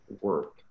work